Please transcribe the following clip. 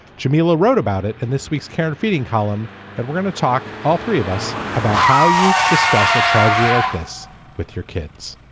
jamelia wrote about it in this week's karena and feeding column that we're going to talk all three of us about how you discuss a tragedy like this with your kids.